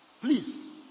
Please